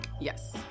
Yes